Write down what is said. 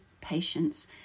patience